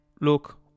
Look